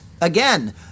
again